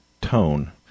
tone